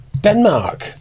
Denmark